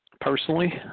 Personally